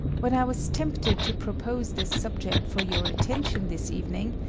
when i was tempted to propose this subject for your attention this evening,